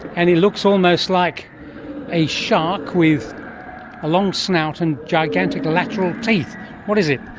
and it looks almost like a shark with a long snout and gigantic lateral teeth. what is it?